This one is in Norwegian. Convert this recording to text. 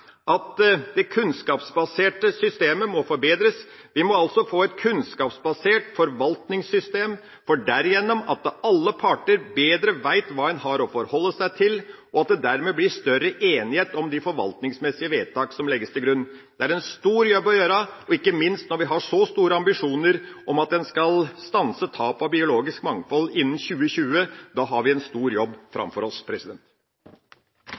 det kunnskapsbaserte systemet må forbedres. Vi må få et kunnskapsbasert forvaltningssystem for derigjennom å oppnå at alle parter vet hva de har å forholde seg til, og at det dermed blir større enighet om de forvaltningsmessige vedtakene som legges til grunn. Det er en stor jobb å gjøre. Ikke minst når vi har store ambisjoner om at vi skal stanse tap av biologisk mangfold innen 2020, har vi en stor jobb foran oss.